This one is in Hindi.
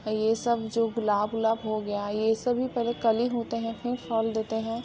ये सब जो गुलाब उलाब हो गया ये सभी पहले कली होते हैं फिर फल देते हैं